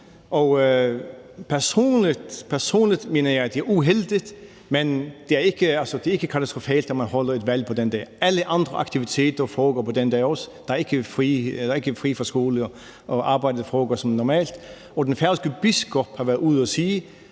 personligt mener jeg, det er uheldigt, men det er altså ikke katastrofalt, at man holder et valg på den dag. Alle andre aktiviteter foregår også på den dag. Man har ikke fri fra skole, og arbejdet foregår som normalt. Og den færøske biskop har været ude at sige,